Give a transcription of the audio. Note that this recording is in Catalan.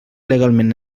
legalment